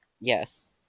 Yes